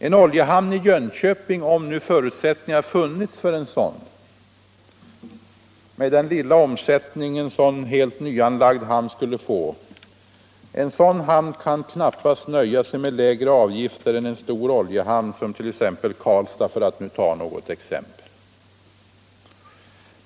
En oljehamn i Jönköping, om nu förutsättningar funnits för en sådan med den lilla omsättning som en helt nyanlagd hamn skulle få, kan knappast nöja sig med lägre avgifter än en stor oljehamn som Karlstad, för att nu ta ett exempel.